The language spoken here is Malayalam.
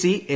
C A